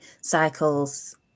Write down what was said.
cycles